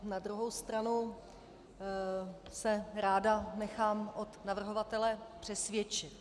Na druhou stranu se ráda nechám od navrhovatele přesvědčit.